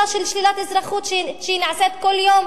של שלילת אזרחות שהיא נעשית כל יום.